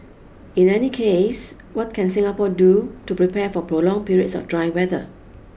in any case what can Singapore do to prepare for prolonged periods of dry weather